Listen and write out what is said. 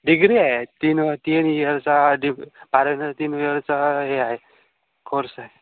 degree आहे तीन तीन इअरचा डि पारं तीन ईयरचा हे आहे कोर्स आहे